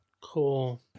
Cool